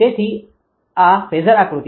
તેથી જ આ ફેઝર આકૃતિ છે